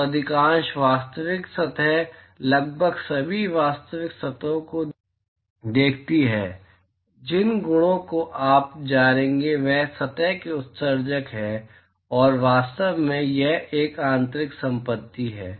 तो अधिकांश वास्तविक सतहें लगभग सभी वास्तविक सतहों को देखती हैं जिन गुणों को आप जानेंगे वे सतह की उत्सर्जकता हैं और वास्तव में यह एक आंतरिक संपत्ति है